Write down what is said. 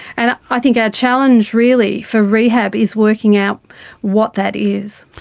and i think our challenge really for rehab is working out what that is.